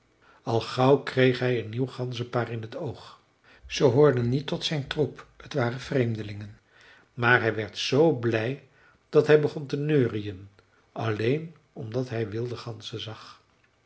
al gauw kreeg hij een nieuw ganzenpaar in het oog ze hoorden niet tot zijn troep t waren vreemdelingen maar hij werd zoo blij dat hij begon te neuriën alleen omdat hij wilde ganzen zag